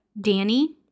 Danny